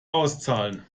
auszahlen